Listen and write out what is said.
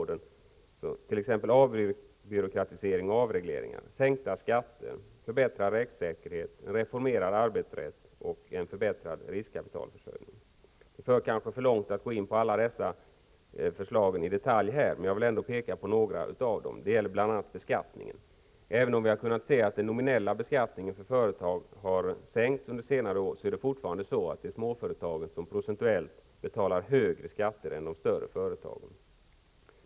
Detta gäller bl.a. inom följande områden: Det förblir kanske för långt att här gå igenom alla dessa förslag i detalj. Men jag vill ändå peka på några av dem. Det gäller bl.a. beskattningen. Även om vi har kunnat se att den nominella företagsskatten har sänkts på senare år, är det fortfarande så att småföretagen betalar procentuellt högre skatter än de större företagen.